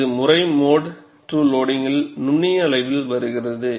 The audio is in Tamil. இந்த முறை மோடு II லோடிங்க் நுண்ணிய அளவில் வருகிறது